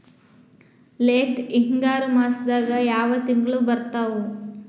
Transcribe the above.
Late ಹಿಂಗಾರು ಮಾಸದಾಗ ಯಾವ್ ತಿಂಗ್ಳು ಬರ್ತಾವು?